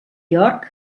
york